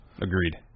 Agreed